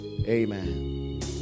Amen